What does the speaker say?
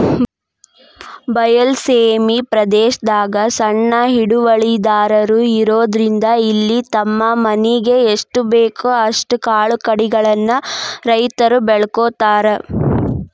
ಬಯಲ ಸೇಮಿ ಪ್ರದೇಶದಾಗ ಸಣ್ಣ ಹಿಡುವಳಿದಾರರು ಇರೋದ್ರಿಂದ ಇಲ್ಲಿ ತಮ್ಮ ಮನಿಗೆ ಎಸ್ಟಬೇಕೋ ಅಷ್ಟ ಕಾಳುಕಡಿಗಳನ್ನ ರೈತರು ಬೆಳ್ಕೋತಾರ